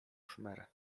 szmer